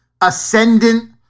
ascendant